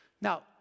Now